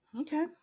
Okay